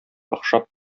охшап